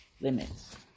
limits